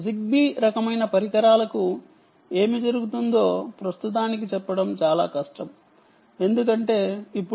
Zigbee రకమైన పరికరాలకు ఏమి జరుగుతుందో ప్రస్తుతానికి చెప్పడం చాలా కష్టం ఎందుకంటే ఇప్పుడు BLE 4